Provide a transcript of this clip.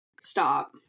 stop